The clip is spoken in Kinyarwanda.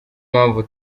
mpamvu